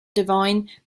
devine